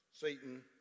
Satan